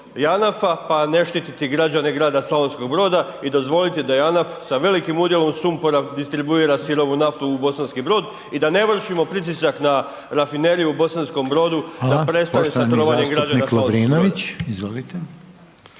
pa ne štiti građane grada Slavonskog Broda i dozvoliti da JANAF sa velikim udjelom sumpora distribuira sirovu naftu u Bosanski Brod i da ne vršimo pritisak na rafineriju u Bosanskom Brodu da prestanu sa trovanjem građana Slavonskog Broda.